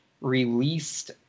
released